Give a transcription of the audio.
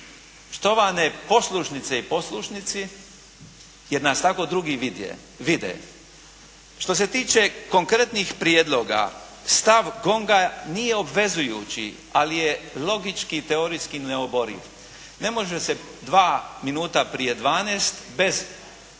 štovane poslušnice i poslušnici jer nas tako drugi vide. Što se tiče konkretnih prijedloga stav GONG-a nije obvezujući ali je logički i teorijski neoboriv. Ne može se dva minuta prije dvanaest bez